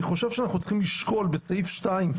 אני חושב שאנחנו צריכים לשקול בסעיף 2,